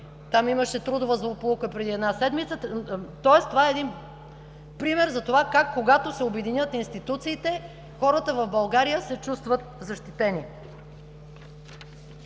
имаше трудова злополука преди една седмица… Тоест това е един пример за това как когато се обединят институциите, хората в България с чувстват защитени.